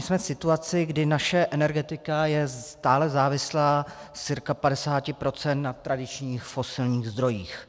Jsme v situaci, kdy naše energetika je stále závislá z cca 50 % na tradičních fosilních zdrojích.